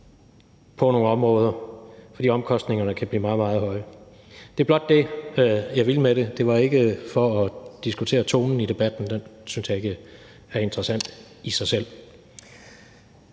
fra starten, fordi omkostningerne kan blive meget, meget høje senere. Det er blot det, jeg vil sige med det. Det var ikke for at diskutere tonen i debatten. Den synes jeg ikke er interessant i sig selv.